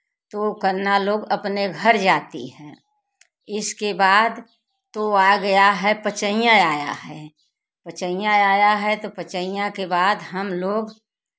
तो कन्या लोग अपने घर जाती हैं इसके बाद तो आ गया है पचइयां आया है पचइयां आया है तो पचइयां के बाद हम लोग